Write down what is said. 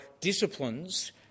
disciplines